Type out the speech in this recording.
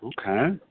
Okay